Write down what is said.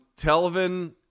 Telvin